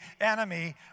enemy